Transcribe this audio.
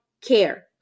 care